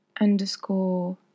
underscore